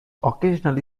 occasionally